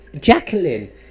Jacqueline